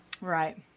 Right